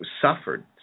suffered